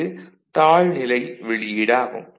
இது தாழ்நிலை வெளியீடாகும்